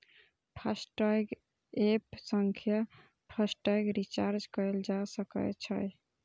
FASTag app सं FASTag recharge कैल जा सकै छै